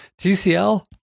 TCL